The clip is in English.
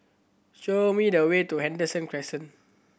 show me the way to Henderson Crescent